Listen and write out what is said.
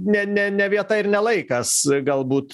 ne ne ne vieta ir ne laikas galbūt